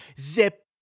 Zip